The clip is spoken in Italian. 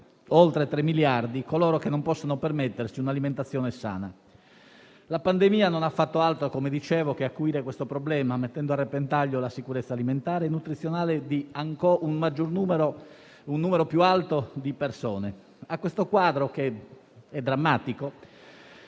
oltre tre miliardi coloro che non possono permettersi un'alimentazione sana. La pandemia non ha fatto altro che acuire il problema, mettendo a repentaglio la sicurezza alimentare e nutrizionale di un numero ancora più alto di persone. A questo quadro, che è drammatico,